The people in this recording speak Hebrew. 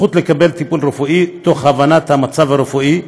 הזכות לקבל טיפול רפואי תוך הבנת המצב הרפואי,